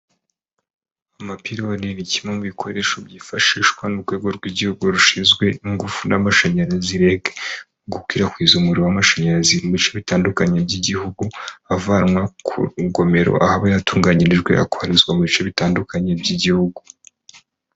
Amapiloni ni kimwe mu bikoresho byifashishwa n'urwego rw'igihugu rushinzwe ingufu n'amashanyarazi rega, gukwirakwiza umuriro w'amashanyarazi mu bice bitandukanye by'igihugu, avanwa ku rugomero aho aba yatunganyirijwe akohezwa mu bice bitandukanye by'igihugu.